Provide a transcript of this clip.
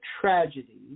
tragedy